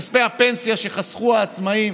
כספי הפנסיה שחסכו העצמאים